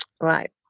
right